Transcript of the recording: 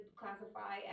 classify